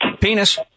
Penis